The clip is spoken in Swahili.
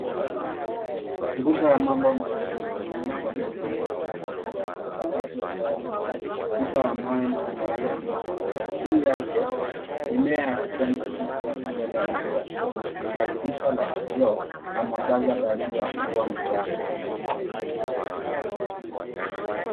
Nguzo ya mwamba mweusi, mlango mwekundu wenye maandiko, sakafu ya saruji ukuta wa mawe na una rangi nyeupe. Juu yake mimea ya kijani kibichi yako mbele ya jumba hilo. Kuna dirisha la kioo na mwangaza, dalili ya kuwa mchana.